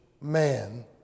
man